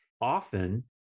Often